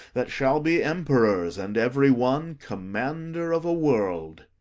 that shall be emperors, and every one commander of a world.